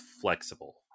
flexible